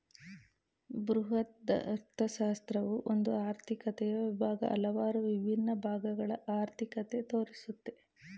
ಬೃಹದರ್ಥಶಾಸ್ತ್ರವು ಒಂದು ಆರ್ಥಿಕತೆಯ ವಿಭಾಗ, ಹಲವಾರು ವಿಭಿನ್ನ ಭಾಗಗಳ ಅರ್ಥಿಕತೆ ತೋರಿಸುತ್ತೆ